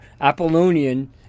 Apollonian